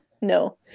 No